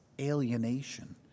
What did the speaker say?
alienation